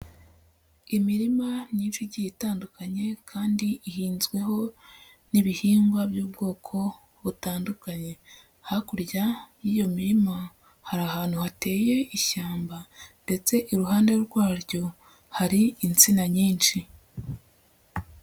Imirima myinshi igiye itandukanye kandi ihinzweho n'ibihingwa by'ubwoko butandukanye, hakurya y'iyo mirima hari ahantu hateye ishyamba ndetse iruhande rwaryo hari insina nyinshi.